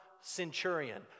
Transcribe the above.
centurion